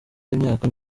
y’imyaka